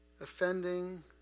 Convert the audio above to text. offending